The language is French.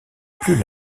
plus